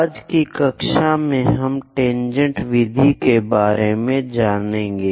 आज की कक्षा में हम टेनजेंट विधि के बारे में जानेंगे